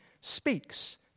speaks